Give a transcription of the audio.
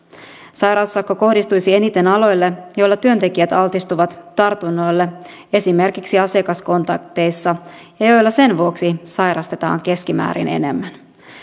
sairaussakko kohdistuisi eniten aloille joilla työntekijät altistuvat tartunnoille esimerkiksi asiakaskontakteissa ja ja joilla sen vuoksi sairastetaan keskimäärin enemmän